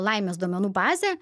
laimės duomenų bazė